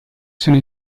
sono